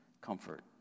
comfort